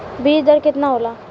बीज दर केतना होला?